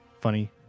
funny